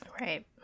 Right